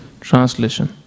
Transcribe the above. translation